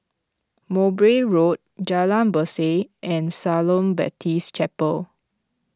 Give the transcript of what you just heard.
Mowbray Road Jalan Berseh and Shalom Baptist Chapel